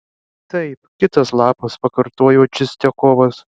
taip kitas lapas pakartojo čistiakovas